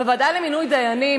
בוועדה למינוי דיינים,